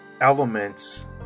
elements